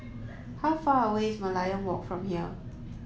how far away is Merlion Walk from here